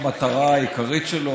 המטרה העיקרית שלו,